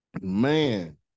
man